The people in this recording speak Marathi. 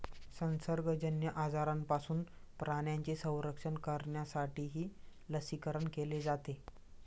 संसर्गजन्य आजारांपासून प्राण्यांचे संरक्षण करण्यासाठीही लसीकरण केले जाते